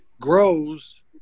grows